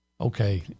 okay